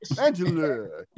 Angela